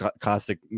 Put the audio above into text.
Classic